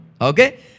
Okay